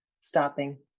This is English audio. stopping